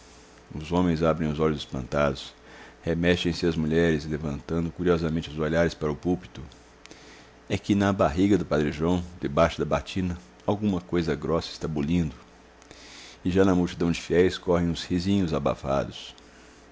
os homens abrem os olhos espantados remexem se as mulheres levantando curiosamente os olhares para o púlpito é que na barriga do padre joão debaixo da batina alguma coisa grossa está bolindo e já na multidão de fiéis correm uns risinhos abafados